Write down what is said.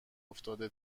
افتاده